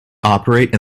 operate